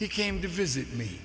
he came to visit me